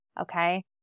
okay